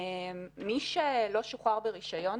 מי שלא שוחרר ברישיון,